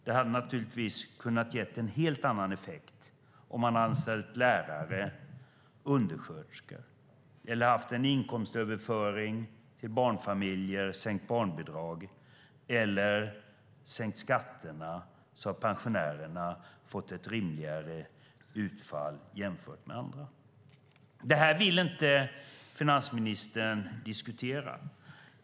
Det hade naturligtvis kunnat ge en helt annan effekt om man hade anställt lärare eller undersköterskor, om man hade haft en inkomstöverföring till barnfamiljer och sänkt barnbidraget eller om man hade sänkt skatterna så att pensionärerna fått ett rimligare utfall jämfört med andra. Detta vill finansministern inte diskutera.